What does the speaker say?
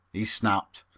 he snapped.